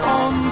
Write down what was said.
on